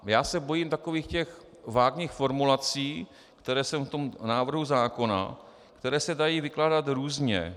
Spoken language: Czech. Já se bojím takových těch vágních formulací, které jsou v tom návrhu zákona, které se dají vykládat různě.